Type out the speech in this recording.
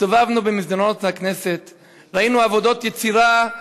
הסתובבנו במסדרונות הכנסת וראינו עבודות יצירה,